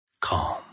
calm